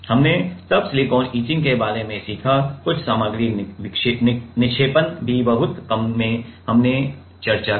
हमने तब silicon etching के बारे में सीखा कुछ सामग्री निक्षेपण भी बहुत कम में हमने चर्चा की